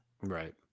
Right